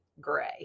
gray